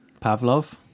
Pavlov